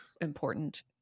important